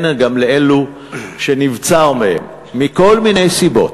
כן, גם אלו שנבצר מהם מכל מיני סיבות: